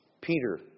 Peter